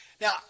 Now